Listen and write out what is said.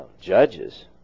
judges